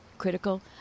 critical